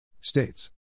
States